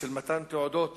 מתן תעודות